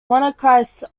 monarchist